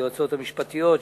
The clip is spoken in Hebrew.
היועצות המשפטיות,